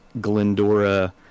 Glendora